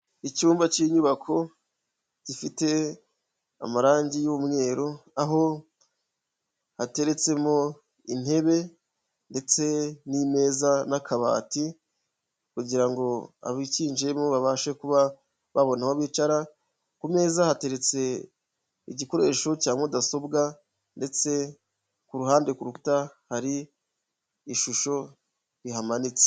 Icyumba cy'inyubako, gifite amarangi y'umweru, aho hateretsemo intebe ndetse n'imeza n'akabati kugira ngo abakinjiyemo babashe kuba babona aho bicara, ku meza hateretse igikoresho cya mudasobwa ndetse ku ruhande ku rukuta hari ishusho rihamanitse.